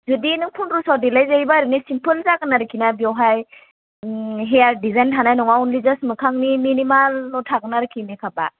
जुदि नों पन्द्रस' देलायजायोबा ओरैनो सिम्पल जागोन आरखिना बेयावहाय हेयार दिजाइन थानाय नङा अन्लि जस्ट मोखांनि मिनिमालल' थागोन आरखि मेकापआ